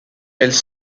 elles